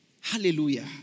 Hallelujah